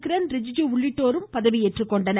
கிரண் ரிஜ்ஜிஜு உள்ளிட்டோரும் பதவி ஏற்றுக்கொண்டனர்